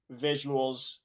visuals